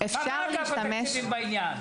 מה --- אגף תקציבים בעניין?